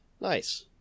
Nice